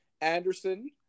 Anderson